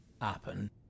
Happen